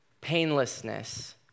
painlessness